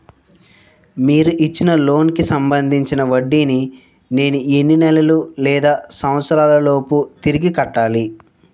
మీరు ఇచ్చిన లోన్ కి సంబందించిన వడ్డీని నేను ఎన్ని నెలలు లేదా సంవత్సరాలలోపు తిరిగి కట్టాలి?